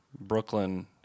Brooklyn